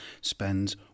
spends